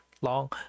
long